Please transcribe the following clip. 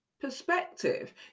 perspective